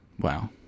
Wow